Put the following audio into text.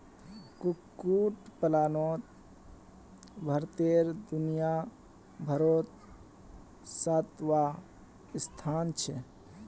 कुक्कुट पलानोत भारतेर दुनियाभारोत सातवाँ स्थान छे